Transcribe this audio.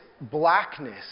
blackness